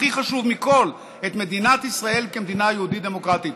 הכי חשוב מכול: את מדינת ישראל כמדינה יהודית דמוקרטית.